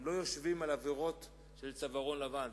הם לא יושבים על עבירות של צווארון לבן.